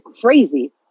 crazy